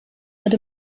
wird